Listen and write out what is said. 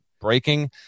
breaking